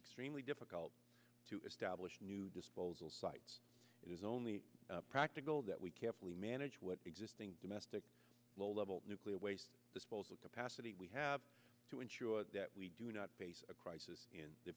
extremely difficult to establish new disposal sites it is only practical that we carefully manage what existing domestic low level nuclear waste disposal capacity we have to ensure that we do not face a crisis in the